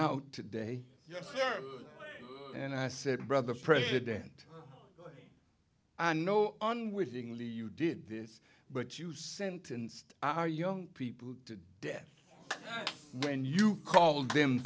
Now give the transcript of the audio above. out today and i said brother president no unwittingly you did this but you sentenced our young people to death when you called